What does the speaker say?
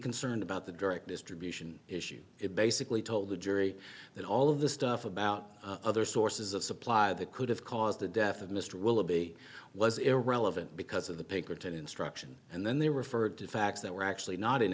concerned about the direct distribution issue it basically told the jury that all of this stuff about other sources of supply that could have caused the death of mr willoughby was irrelevant because of the pinkerton instruction and then they referred to facts that were actually not in